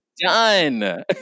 done